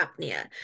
apnea